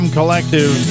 Collective